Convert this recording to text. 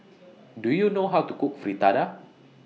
Do YOU know How to Cook Fritada